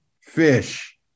Fish